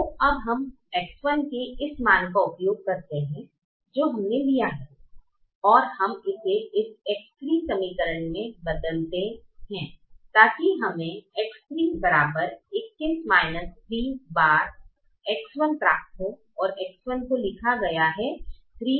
तो अब हम X1 के इस मान का उपयोग करते हैं जो हमने लिया है और हम इसे इस X3 समीकरण में बदलते हैं ताकि हमे X3 21 3 बार X1 प्राप्त हो X1 को लिखा गया है 3X2